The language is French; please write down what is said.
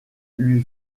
lui